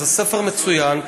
זה ספר מצוין,